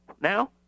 now